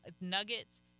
nuggets